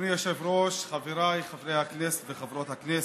אדוני היושב-ראש, חבריי חברי הכנסת, חברות הכנסת,